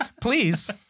please